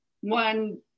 one